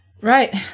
Right